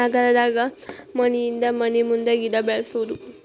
ನಗರದಾಗ ಮನಿಹಿಂದ ಮನಿಮುಂದ ಗಿಡಾ ಬೆಳ್ಸುದು